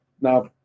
Now